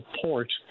support